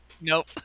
Nope